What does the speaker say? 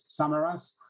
Samaras